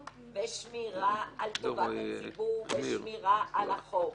ושמירה על טובת הציבור ושמירה על החוק,